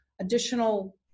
additional